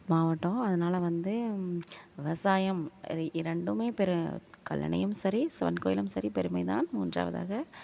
மாவட்டம் அதனால வந்து விவசாயம் அது இரண்டுமே பெரு கல்லணையும் சரி சிவன் கோவிலும் சரி பெருமைதான் மூன்றாவதாக